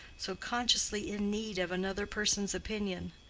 so consciously in need of another person's opinion.